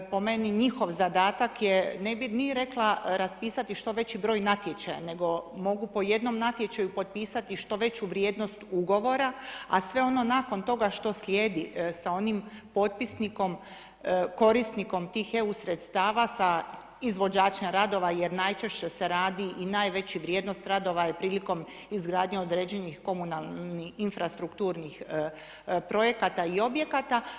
Po meni njihov zadatak je ne bi, nije rekla raspisati što veći broj natječaja, nego mogu po jednom natječaju potpisati što veću vrijednost ugovora, a sve ono nakon toga što slijedi sa onim potpisnikom, korisnikom tih EU sredstava sa izvođačem radova, jer najčešće se radi i najveća vrijednost radova je prilikom izgradnje određenih komunalnih infrastrukturnih projekata i objekata.